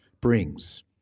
Brings